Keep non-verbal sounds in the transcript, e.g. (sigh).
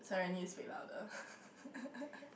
sorry I need to speak louder (laughs)